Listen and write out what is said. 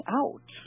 out